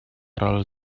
ral